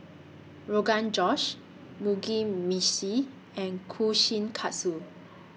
Rogan Josh Mugi Meshi and Kushikatsu